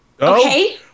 Okay